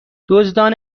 دزدان